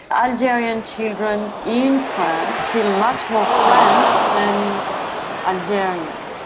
algerian children in france feel much more french than algerian.